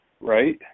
Right